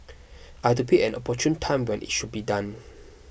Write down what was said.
I had to pick an opportune time when it should be done